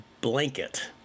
blanket